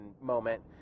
moment